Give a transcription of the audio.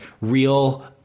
real